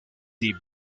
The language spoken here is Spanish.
the